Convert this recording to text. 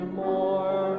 more